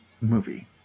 movie